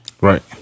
Right